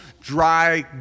dry